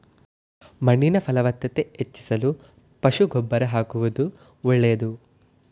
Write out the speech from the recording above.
ಮಣ್ಣಿನ ಫಲವತ್ತತೆ ಹೆಚ್ಚಿಸಲು ಪಶು ಗೊಬ್ಬರ ಆಕುವುದು ಒಳ್ಳೆದು